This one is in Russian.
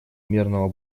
мирного